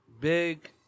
big